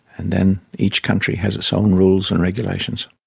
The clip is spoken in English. and then each country has its own rules and regulations.